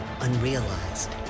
unrealized